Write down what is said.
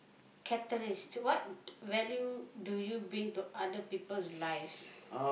catalyst what value do you bring to other people's lives